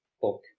book